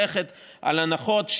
אני מאמין שהוא